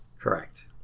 Correct